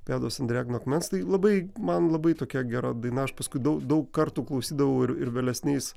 pėdos ant drėgno akmens tai labai man labai tokia gera daina aš paskui daug daug kartų klausydavau ir vėlesniais